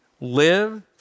live